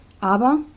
Aber